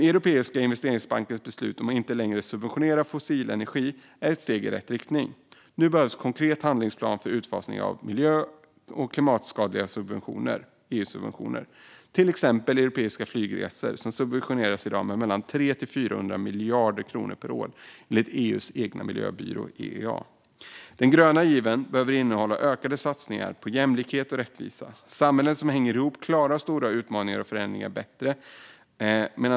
Europeiska investeringsbankens beslut att inte längre subventionera fossil energi är ett steg i rätt riktning. Nu behövs en konkret handlingsplan för utfasning av miljö och klimatskadliga EU-subventioner. Till exempel subventioneras europeiska flygresor i dag med 300-400 miljarder kronor per år, enligt EU:s egen miljöbyrå EEA. Den gröna given behöver innehålla ökade satsningar på jämlikhet och rättvisa. Samhällen som hänger ihop klarar stora utmaningar och förändringar bättre.